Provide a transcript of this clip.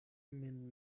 min